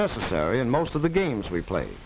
necessary in most of the games we play